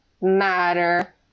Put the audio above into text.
matter